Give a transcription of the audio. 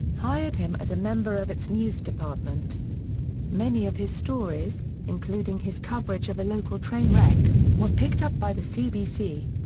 hired him as a member of its news department many of his stories, including his coverage of a local train wreck, were picked up by the cbc.